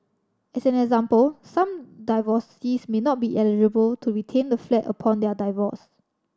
as an example some divorcees may not be eligible to retain the flat upon their divorce